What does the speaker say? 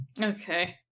Okay